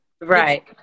Right